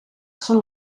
són